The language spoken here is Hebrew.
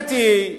האמת היא,